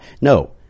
No